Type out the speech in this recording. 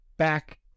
back